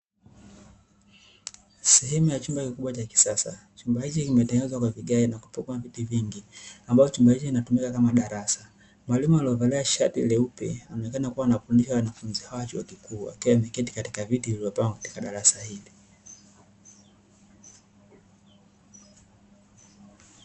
Sehemu ya chumba kikubwa cha kisasa, chumba hiki kimetangezwa kwa vigae na kupambwa kwa viti vingi ambapo chumba hiki kinatumika kama darasa. Mwalimu aliyevalia shati jeupe anaonekana kuwa anafundisha wanafunzi hawa wa chuo kikuu wakiwa wamekaa katika darasa hili.